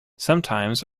sometimes